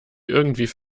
irgendwie